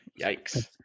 Yikes